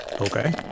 Okay